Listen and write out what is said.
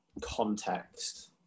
context